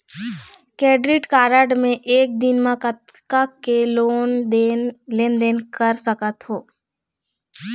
Credit card मे एक दिन म कतक के लेन देन कर सकत हो?